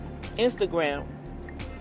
Instagram